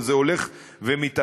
אבל זה הולך ומתעצם,